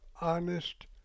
honest